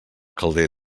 calder